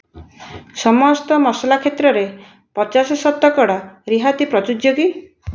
ସମସ୍ତ ମସଲା କ୍ଷେତ୍ରରେ ପଚାଶ ଶତକଡ଼ା ରିହାତି ପ୍ରଯୁଜ୍ୟ କି